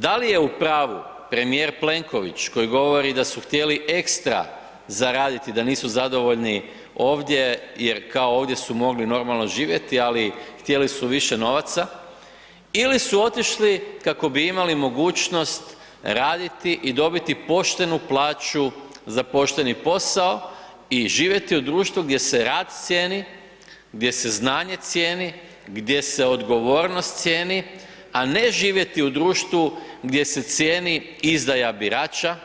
Da li je u pravu premijer Plenković koji govori da su htjeli ekstra zaraditi i da nisu zadovoljni ovdje jer kao ovdje su mogli normalno živjeti, ali htjeli su više novaca ili su otišli kako bi imali mogućnost raditi i dobiti poštenu plaću za pošteni posao i živjeti u društvu gdje se rad cijeni, gdje se znanje cijeni, gdje se odgovornost cijeni, a ne živjeti u društvu gdje se cijeni izdaja birača,